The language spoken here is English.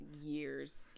years